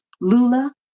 Lula